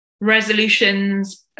resolutions